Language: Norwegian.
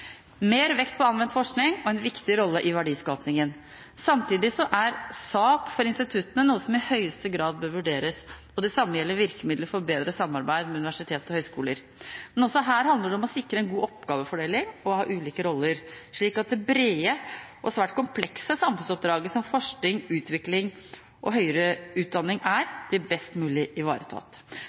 mer vekt på anvendt forskning og en viktig rolle i verdiskapingen. Samtidig er SAK for instituttene noe som i høyeste grad bør vurderes. Det samme gjelder virkemidler for bedre samarbeid med universitet og høyskoler. Men også her handler det om å sikre en god oppgavefordeling og ha ulike roller, slik at det brede og svært komplekse samfunnsoppdraget som forskning, utvikling og høyere utdanning er, blir best mulig ivaretatt.